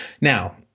now